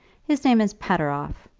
his name is pateroff.